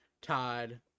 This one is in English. todd